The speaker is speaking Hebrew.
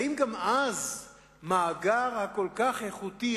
האם גם אז המאגר הכל-כך איכותי,